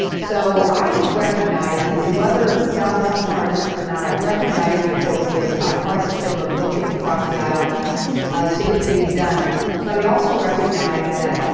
so i recognize, and whether donald trump won our district or not, i recognize the importance of bipartisanship of working across the isle to get things done. but i also recognize that,